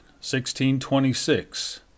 1626